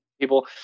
people